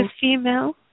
female